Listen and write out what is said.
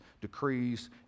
decrees